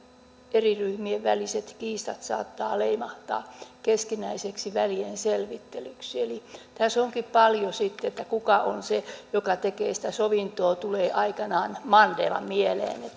eri ryhmien väliset kiistat saattavat leimahtaa keskinäiseksi välienselvittelyksi eli tässä onkin paljon sitten ja kuka on se joka tekee sitä sovintoa tulee mandela mieleen